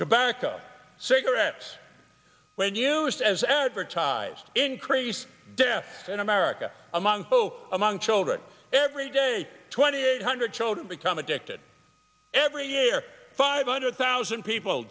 tobacco cigarettes when used as advertised increased death in america among folks among children every day twenty eight hundred children become addicted every year five hundred thousand people